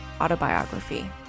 autobiography